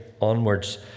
onwards